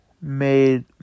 made